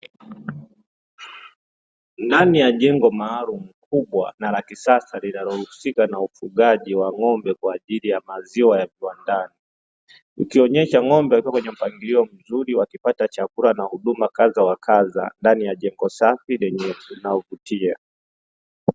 Ndani ya jengo maalumu kubwa na la kisasa linalo husika na ufugaji wa ng’ombe kwa ajili ya maziwa ya kiwandani, ikionyesha ng’ombe wakiwa kwenye mpangilio mzuri wakipata chakula na huduma kaza wa kaza ndani ya jengo safi linalovutia.